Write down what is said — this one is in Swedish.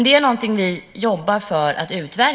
Det är något som vi jobbar med.